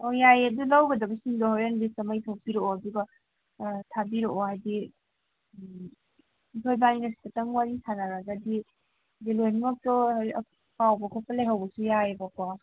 ꯑꯣ ꯌꯥꯏꯌꯦ ꯑꯗꯨ ꯂꯧꯒꯗꯕꯁꯤꯡꯗꯣ ꯍꯣꯔꯦꯟ ꯂꯤꯁ ꯑꯃ ꯏꯊꯣꯛꯄꯤꯔꯛꯑꯣ ꯑꯗꯨꯒ ꯊꯥꯕꯤꯔꯛꯑꯣ ꯍꯥꯏꯗꯤ ꯎꯝ ꯑꯩꯈꯣꯏꯕꯥꯟꯅꯤꯅ ꯁꯤꯗꯇꯪ ꯋꯥꯔꯤ ꯁꯥꯟꯅꯔꯒꯗꯤ ꯂꯣꯏꯅꯃꯛꯇꯣ ꯀꯥꯎꯕ ꯈꯣꯠꯄ ꯂꯩꯍꯧꯕ ꯌꯥꯏꯕꯀꯣ